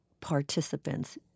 participants